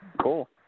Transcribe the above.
Cool